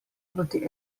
proti